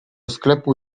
sklepu